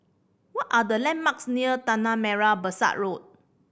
what are the landmarks near Tanah Merah Besar Road